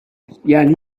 یعنی